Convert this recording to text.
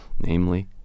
Namely